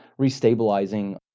restabilizing